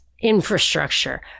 Infrastructure